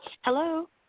Hello